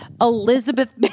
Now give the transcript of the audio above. Elizabeth